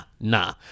nah